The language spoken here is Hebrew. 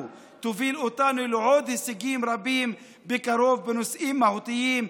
תוביל אותנו לעוד הישגים רבים בקרוב בנושאים מהותיים,